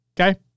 Okay